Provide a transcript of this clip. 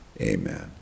Amen